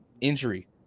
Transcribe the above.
injury